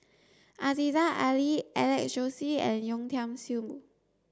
Aziza Ali Alex Josey and Yeo Tiam Siew